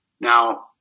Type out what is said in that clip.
Now